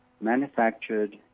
manufactured